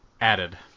Added